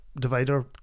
divider